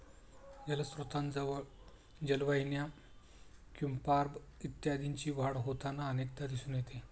जलस्त्रोतांजवळ जलवाहिन्या, क्युम्पॉर्ब इत्यादींची वाढ होताना अनेकदा दिसून येते